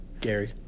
Gary